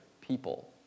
people